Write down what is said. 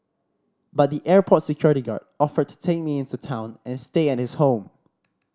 but the airport security guard offered to take me into town and stay at his home